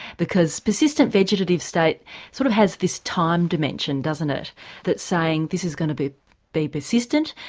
because persistent vegetative state sort of has this time dimension doesn't it that's saying this is going to be be persistent,